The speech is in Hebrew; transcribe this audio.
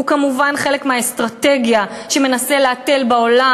הוא כמובן חלק מהאסטרטגיה שמנסה להתל בעולם.